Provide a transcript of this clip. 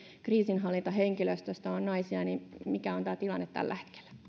kriisinhallintahenkilöstöstä on naisia niin mikä on tämä tilanne tällä